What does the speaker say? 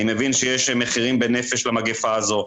אני מבין שיש מחירים בנפש למגפה הזו,